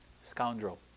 Scoundrel